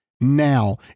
now